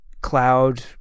cloud